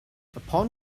upon